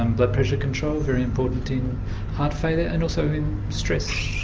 and blood pressure control, very important in heart failure and also in stress.